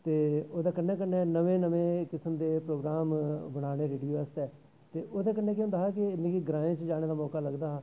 ते ओह्दे कन्नै कन्नै नमें नमें किसम दे प्रोग्राम बनाने रेडियो आस्तै ते ओह्दे कन्नै के होंदा हा कि मिगी ग्राएं च जाने दा मौका लगदा हा